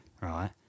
right